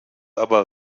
aber